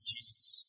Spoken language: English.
Jesus